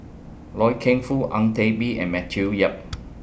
Loy Keng Foo Ang Teck Bee and Matthew Yap